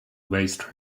waste